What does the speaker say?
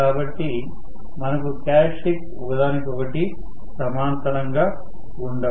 కాబట్టి మనకు క్యారెక్టర్స్టిక్స్ ఒకదానికొకటి సమాంతరంగా ఉండవు